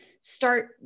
start